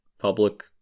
public